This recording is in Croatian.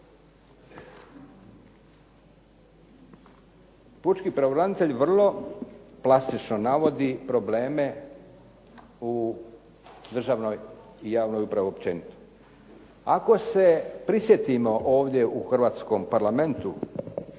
Pučki pravobranitelj vrlo plastično navodi probleme u državnoj i javnoj upravi općenito. Ako se prisjetimo ovdje u Hrvatskom parlamentu,